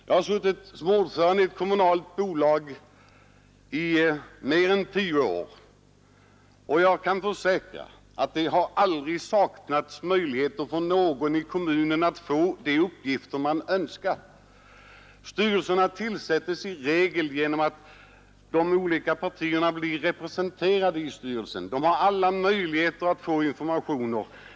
Jag har suttit som ordförande i ett kommunalt bolag i mer än tio år, och jag kan försäkra att det aldrig har saknats möjligheter för någon i kommunen att få de uppgifter man önskat. Styrelserna tillsätts i regel så att de olika partierna blir representerade i styrelsen. De har alla möjligheter att få informationer.